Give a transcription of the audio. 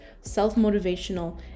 self-motivational